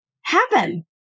happen